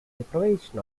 deprivation